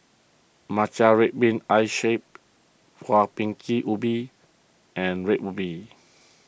Matcha Red Bean Ice Shaved Kueh Bingka Ubi and Red Ruby